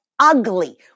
ugly